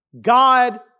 God